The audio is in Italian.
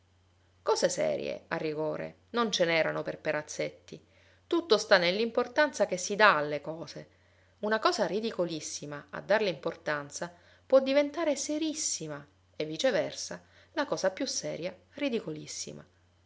cose serie a rigore non ce n'erano per perazzetti tutto sta nell'importanza che si dà alle cose una cosa ridicolissima a darle importanza può diventare seriissima e viceversa la cosa più seria ridicolissima